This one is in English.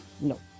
No